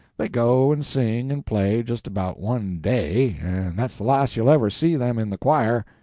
they go and sing and play just about one day, and that's the last you'll ever see them in the choir.